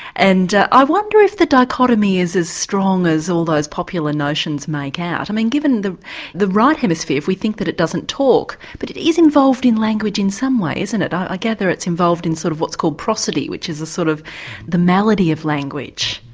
and i wonder if the dichotomy is as strong as all those popular notions make out. i mean given the the right hemisphere, if we think it doesn't talk, but it is involved in language in some way, isn't it? i gather it's involved in sort of what's called prosody, which is a sort of melody of language.